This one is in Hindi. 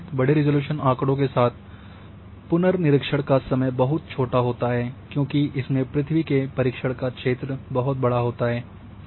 अपेक्षाकृत बड़े रिज़ॉल्यूशन आँकड़ों के साथ पुनर्निरीक्षण का समय बहुत छोटा होता है क्योंकि इसमें पृथ्वी के परीक्षण का क्षेत्र बहुत बड़ा है